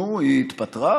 נו, היא התפטרה?